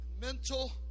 mental